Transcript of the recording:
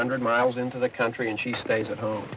hundred miles into the country and she stays at home